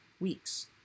weeks